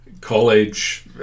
college